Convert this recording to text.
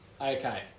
Okay